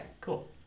cool